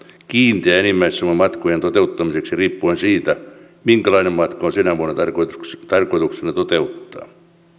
kiinteä enimmäissumma matkojen toteuttamiseksi riippuen siitä minkälainen matka on sinä vuonna tarkoituksena toteuttaa